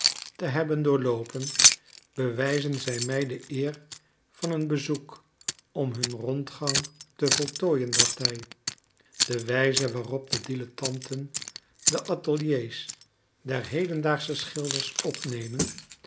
te hebben doorloopen bewijzen zij mij de eer van een bezoek om hun rondgang te voltooien dacht hij de wijze waarop de dilettanten de ateliers der hedendaagsche schilders opnemen